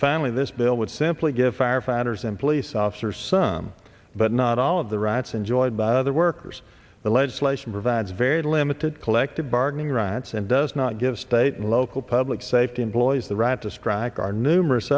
family this bill would simply give firefighters and police officers some but not all of the rights enjoyed by other workers the legislation provides very limited collective bargaining rights and does not give state and local public safety employees the right to strike are numerous